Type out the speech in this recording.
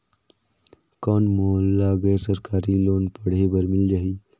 कौन मोला गैर सरकारी लोन पढ़े बर मिल जाहि?